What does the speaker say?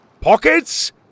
Pockets